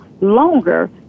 longer